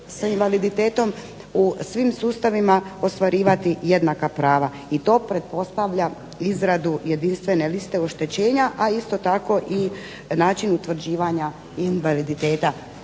s invaliditetom u svim sustavima ostvarivati jednaka prava. I to pretpostavlja izradu jedinstvene liste oštećenja, a isto tako i način utvrđivanja invaliditeta.